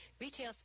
retail